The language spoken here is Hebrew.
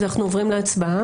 אז אנחנו עוברים להצבעה.